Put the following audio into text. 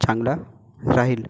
चांगला राहील